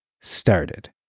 started